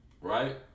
right